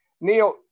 Neil